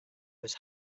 was